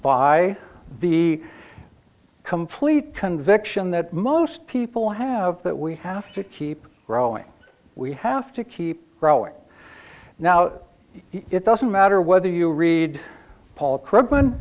by the complete conviction that most people have that we have to keep growing we have to keep growing now it doesn't matter whether you read paul krugman